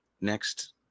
next